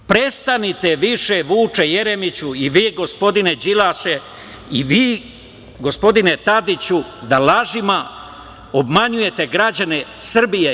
Prestanite više, Vuče Jeremiću i vi gospodine Đilase i vi gospodine Tadiću, da lažima obmanjujete građane Srbije.